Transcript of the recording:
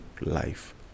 life